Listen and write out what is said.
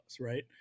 right